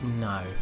No